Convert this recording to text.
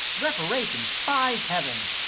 reparation! by heaven!